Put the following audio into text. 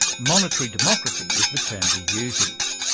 monitory democracy is the term he uses.